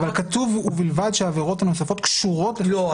אבל כתוב: ובלבד שהעבירות הנוספות קשורות -- לא,